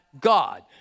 God